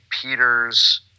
Peter's